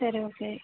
சரி ஓகே